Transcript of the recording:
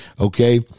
Okay